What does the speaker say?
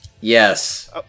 Yes